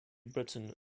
britton